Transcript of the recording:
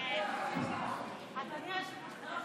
ההצעה להעביר את הצעת חוק